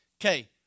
Okay